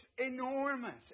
enormous